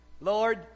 Lord